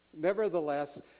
Nevertheless